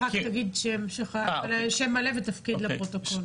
רק תגיד שם מלא ותפקיד לפרוטוקול.